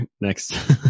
next